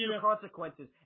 consequences